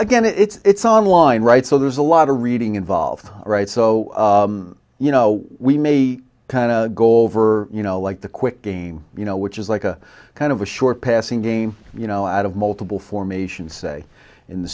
again it's online right so there's a lot of reading involved right so you know we may kind of goal for you know like the quick game you know which is like a kind of a short passing game you know out of multiple formations say in the